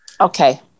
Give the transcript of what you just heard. Okay